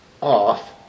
off